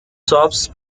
shops